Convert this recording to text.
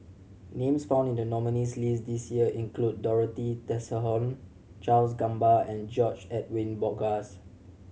names found in the nominees' list this year include Dorothy Tessensohn Charles Gamba and George Edwin Bogaars